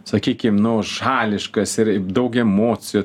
sakykim nu šališkas ir daug emocijų